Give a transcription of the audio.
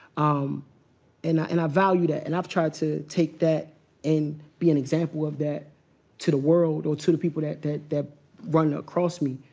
um and ah and i value that, and i've tried to take that and be an example of that to the world, or to the people that that run across me,